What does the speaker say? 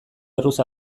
erruz